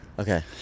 Okay